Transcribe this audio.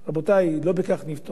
רבותי, לא בכך נפתור את הבעיות.